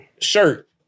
shirt